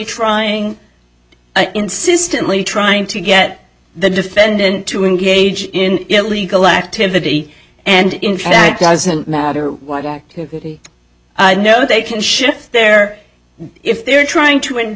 trying insistently trying to get the defendant to engage in illegal activity and in fact doesn't matter what activity no they can shift there if they're trying to in